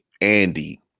Andy